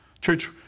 Church